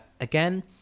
again